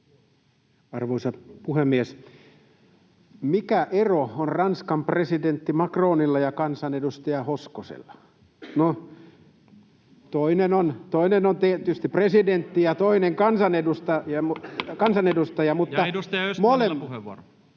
Arvoisa puhemies! Mikä ero on Ranskan presidentti Macronilla ja kansanedustaja Hoskosella? No, toinen on tietysti presidentti ja toinen kansanedustaja, mutta... [Välihuutoja